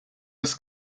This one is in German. das